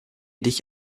dich